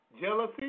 jealousy